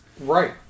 Right